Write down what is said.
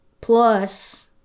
plus